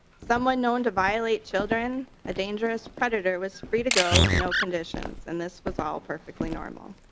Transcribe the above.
someone known to violate children a dangerous predator was free to go with no conditions and this was all perfectly normal.